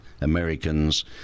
americans